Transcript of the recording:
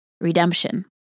redemption